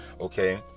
Okay